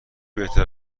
بهتر